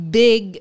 big